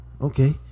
okay